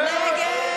סעיף